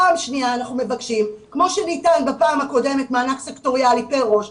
פעם שנייה אנחנו מבקשים כמו שניתן בפעם הקודמת מענק סקטוריאלי פר ראש,